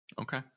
Okay